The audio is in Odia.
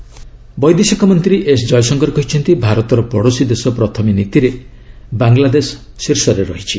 ଜୟଶଙ୍କର ବାଙ୍ଗଲାଦେଶ ବୈଦେଶିକ ମନ୍ତ୍ରୀ ଏସ୍ ଜୟଶଙ୍କର କହିଛନ୍ତି ଭାରତର ପଡ଼ୋଶୀ ଦେଶ ପ୍ରଥମେ ନୀତିରେ ବାଙ୍ଗଲାଦେଶ ଶୀର୍ଷରେ ରହିଛି